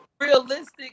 realistic